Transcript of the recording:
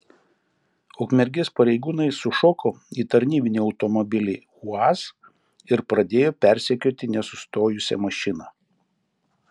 ukmergės pareigūnai sušoko į tarnybinį automobilį uaz ir pradėjo persekioti nesustojusią mašiną